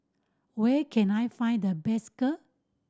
where can I find the best Kheer